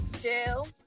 Jail